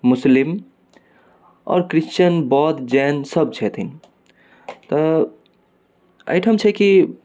मुस्लिम आओर क्रिश्चन बौध जैन सब छथिन तऽ एहिठाम छै कि